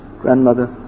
grandmother